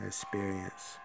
Experience